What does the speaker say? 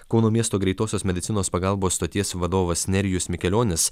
kauno miesto greitosios medicinos pagalbos stoties vadovas nerijus mikelionis